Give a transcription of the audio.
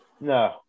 no